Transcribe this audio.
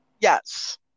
Yes